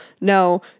no